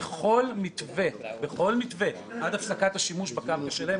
בכל מתווה עד הפסקת השימוש בקרקע שלהם,